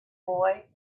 boy